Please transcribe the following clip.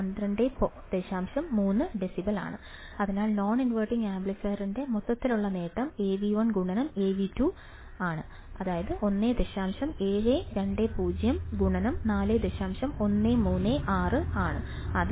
3 decibel അതിനാൽ non inverting ആംപ്ലിഫയറിന്റെ മൊത്തത്തിലുള്ള നേട്ടം Av1 ഗുണനം Av2 ആണ് 1